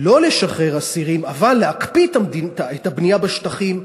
לא לשחרר אסירים אבל להקפיא את הבנייה בשטחים,